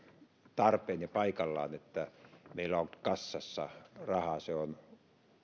tarpeen ja paikallaan että meillä on kassassa rahaa se on